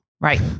Right